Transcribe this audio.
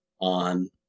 on